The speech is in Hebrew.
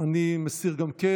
אני מסיר גם כן.